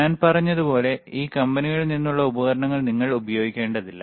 ഞാൻ പറഞ്ഞതുപോലെ ഈ കമ്പനികളിൽ നിന്നുള്ള ഉപകരണങ്ങൾ നിങ്ങൾ ഉപയോഗിക്കേണ്ടതില്ല